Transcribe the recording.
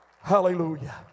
Hallelujah